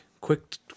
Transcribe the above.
quick